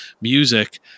music